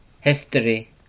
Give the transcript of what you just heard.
history